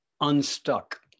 unstuck